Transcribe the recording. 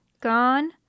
gone